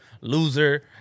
loser